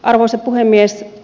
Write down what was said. arvoisa puhemies